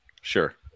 Sure